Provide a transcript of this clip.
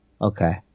Okay